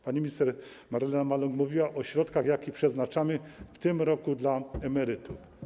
Pani minister Marlena Maląg mówiła o środkach, które przeznaczamy w tym roku dla emerytów.